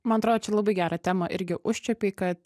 man atro čia labai gerą temą irgi užčiuopei kad